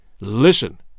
Listen